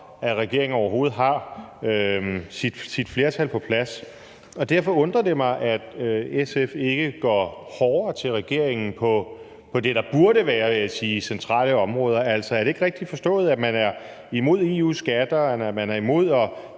at regeringen overhovedet har sit flertal på plads. Derfor undrer det mig, at SF ikke går hårdere til regeringen på det, der burde være, vil jeg sige, centrale områder. Altså, er det ikke rigtigt forstået, at man er imod EU's skatter, at man er imod at